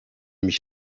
mich